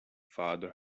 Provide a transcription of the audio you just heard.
father